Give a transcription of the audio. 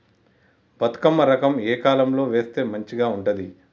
బతుకమ్మ రకం ఏ కాలం లో వేస్తే మంచిగా ఉంటది?